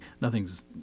Nothing's